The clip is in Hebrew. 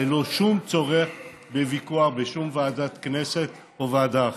ללא שום צורך בוויכוח בשום ועדת כנסת או ועדה אחרת.